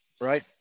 Right